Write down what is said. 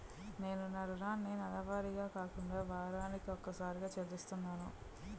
నేను నా రుణాన్ని నెలవారీగా కాకుండా వారాని కొక్కసారి చెల్లిస్తున్నాను